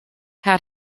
how